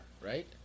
right